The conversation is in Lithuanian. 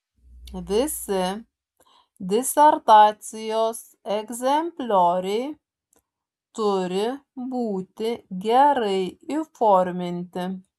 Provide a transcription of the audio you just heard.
visi disertacijos egzemplioriai turi būti gerai įforminti